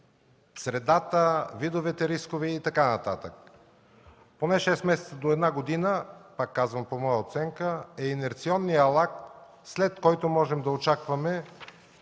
средата, видовете рискове и така нататък. Поне 6 месеца до една година, пак казвам, по моя оценка е инерционният лаг, след който можем да очакваме,